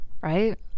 Right